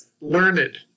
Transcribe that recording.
learned